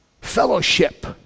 fellowship